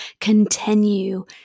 continue